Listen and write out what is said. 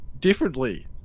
differently